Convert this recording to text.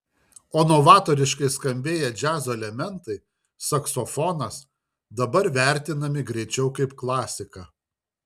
o novatoriškai skambėję džiazo elementai saksofonas dabar vertinami greičiau kaip klasika